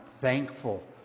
thankful